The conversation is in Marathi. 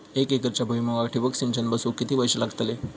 एक एकरच्या भुईमुगाक ठिबक सिंचन बसवूक किती पैशे लागतले?